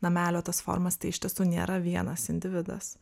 namelio tas formas tai iš tiesų nėra vienas individas